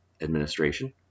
administration